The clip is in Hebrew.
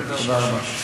תודה רבה.